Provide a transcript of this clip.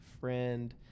friend